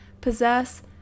possess